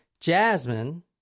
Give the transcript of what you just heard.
Jasmine